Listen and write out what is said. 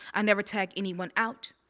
i never tagged anyone out.